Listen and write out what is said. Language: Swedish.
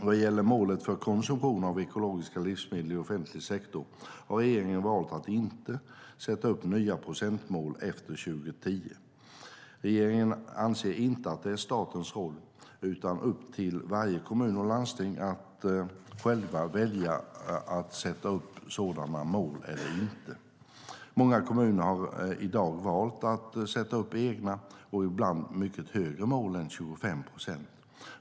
Vad gäller målen för konsumtion av ekologiska livsmedel i offentlig sektor har regeringen valt att inte sätta upp nya procentmål efter 2010. Regeringen anser inte att det är statens roll utan upp till varje kommun och landsting att själva välja att sätta upp sådana mål eller att inte göra det. Många kommuner har i dag valt att sätta upp egna och ibland mycket högre mål än 25 procent.